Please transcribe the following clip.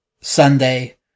Sunday